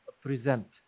present